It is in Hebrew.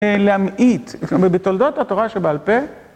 להמעיט, ובתולדות התורה שבעל פה